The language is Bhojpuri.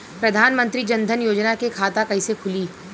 प्रधान मंत्री जनधन योजना के खाता कैसे खुली?